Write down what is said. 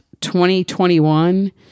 2021